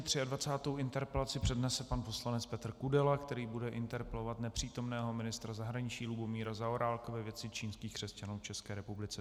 Třiadvacátou interpelaci přednese pan poslanec Petr Kudela, který bude interpelovat nepřítomného ministra zahraničí Lubomíra Zaorálka ve věci čínských křesťanů v České republice.